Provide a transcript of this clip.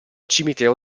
cimitero